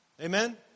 Amen